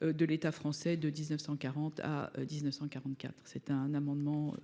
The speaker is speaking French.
de l'État français de 1940 à 1944 c'était un amendement.